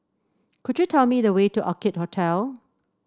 could you tell me the way to Orchid Hotel